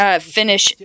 finish